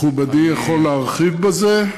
מכובדי יכול להרחיב בזה?